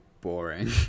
boring